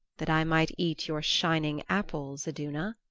that i might eat your shining apples, iduna,